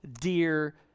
dear